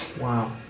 Wow